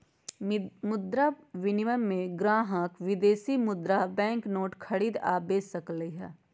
मुद्रा विनिमय में ग्राहक विदेशी मुद्रा बैंक नोट खरीद आ बेच सकलई ह